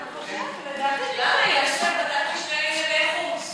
אנחנו מבקשים להזמין את השגריר הפולני לוועדת החינוך.